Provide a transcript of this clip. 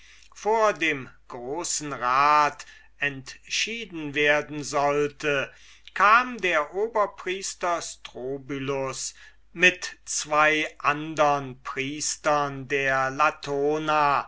vor dem großen rat entschieden werden sollte kam der oberpriester strobylus mit zween andern priestern der latona